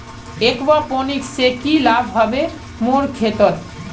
aquaponics से की लाभ ह बे मोर खेतोंत